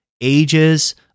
ages